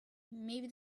maybe